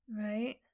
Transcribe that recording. right